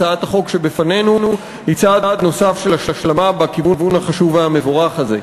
הצעת החוק שבפנינו היא צעד נוסף של השלמה בכיוון החשוב והמבורך הזה.